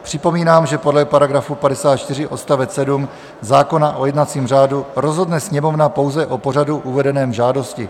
Připomínám, že podle § 54 odst. 7 zákona o jednacím řádu rozhodne Sněmovna pouze o pořadu uvedeném v žádosti.